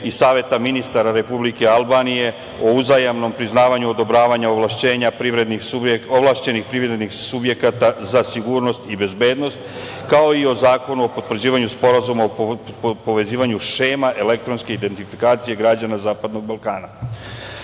i Saveta ministara Republike Albanije o uzajamnom priznavanju odobravanja ovlašćenja ovlašćenih privrednih subjekata za sigurnost i bezbednost, kao i o Zakonu o potvrđivanju Sporazuma o povezivanju šema elektronske identifikacije građana Zapadnog